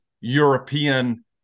European